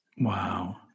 Wow